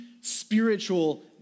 spiritual